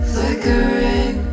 Flickering